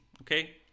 Okay